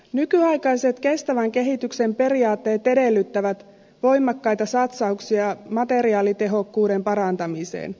nykyaikaiset kestävän kehityksen periaatteet edellyttävät voimakkaita satsauksia materiaalitehokkuuden parantamiseen